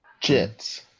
Jets